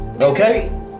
Okay